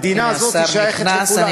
הנה השר נכנס.